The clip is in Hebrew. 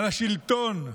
על השלטון,